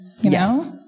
Yes